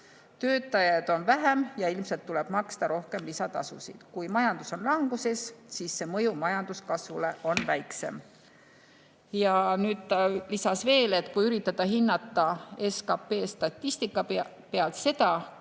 Töötajaid on vähem ja ilmselt tuleb maksta rohkem lisatasusid. Kui majandus on languses, siis on mõju majanduskasvule on väiksem. Risto Kaarna rääkis veel, et kui üritada hinnata SKP statistika järgi seda,